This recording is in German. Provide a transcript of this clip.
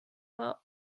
war